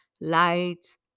lights